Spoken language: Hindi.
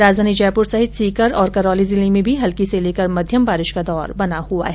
राजधानी जयपुर सहित सीकर और करौली जिले में भी हल्की से लेकर मध्यम बारिश का दौर बना हुआ हैं